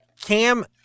Cam